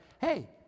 hey